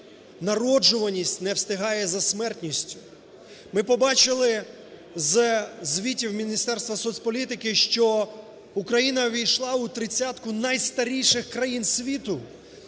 народжуваність не встигає за смертністю. Ми побачили зі звіті Міністерства соцполітики, що Україна увійшла у десятку найстаріших країн світу